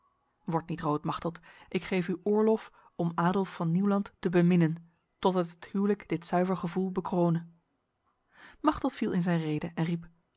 word niet rood machteld ik geef u oorlof om adolf van nieuwland te beminnen totdat het huwelijk dit zuiver gevoel bekrone machteld viel in zijn rede en riep